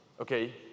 Okay